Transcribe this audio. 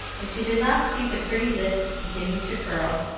and she did not see the pretty lips beginning to curl,